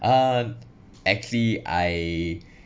um actually I